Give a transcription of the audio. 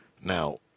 Now